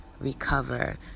recover